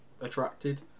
attracted